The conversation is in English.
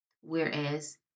Whereas